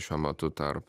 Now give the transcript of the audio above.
šiuo metu tarp